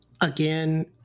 again